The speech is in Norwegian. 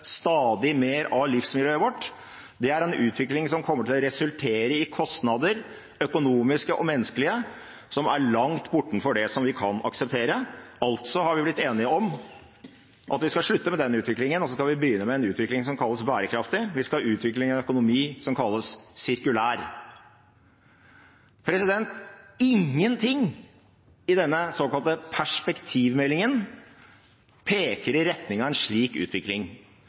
stadig mer av livsmiljøet vårt, er en utvikling som kommer til å resultere i kostnader, økonomiske og menneskelige, som er langt bortenfor det vi kan akseptere. Altså har vi blitt enige om at vi skal slutte med den utviklingen, og så skal vi begynne med en utvikling som kalles bærekraftig. Vi skal utvikle en økonomi som kalles sirkulær. Ingenting i denne såkalte perspektivmeldingen peker i retning av en slik utvikling.